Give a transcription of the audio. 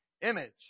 image